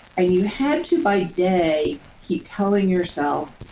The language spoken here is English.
and you had to, by day, keep telling yourself,